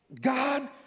God